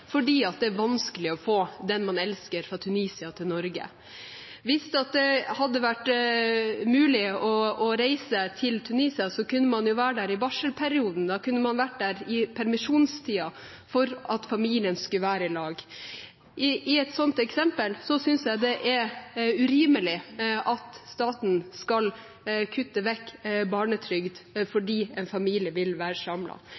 fordi det er vanskelig å få den man elsker fra Tunisia til Norge. Hvis det hadde vært mulig å reise til Tunisia, kunne man vært der i barselperioden, man kunne vært der i permisjonstiden, for at familien skulle være i lag. I et sånt eksempel synes jeg det er urimelig at staten skal kutte